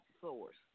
source